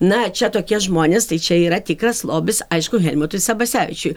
na čia tokie žmonės tai čia yra tikras lobis aišku helmutui sabasevičiui